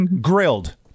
Grilled